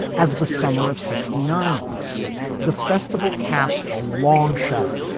as the summer of sixty nine was the festival cast a long shadow.